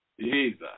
Jesus